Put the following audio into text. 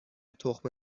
تخم